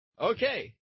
okay